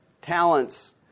talents